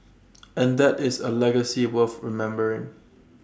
and that is A legacy worth remembering